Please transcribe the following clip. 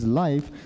life